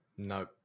No